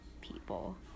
people